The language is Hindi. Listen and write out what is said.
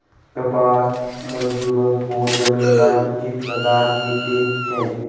कपास मजदूरों को जमींदार उचित पगार देते हैं